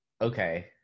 Okay